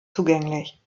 zugänglich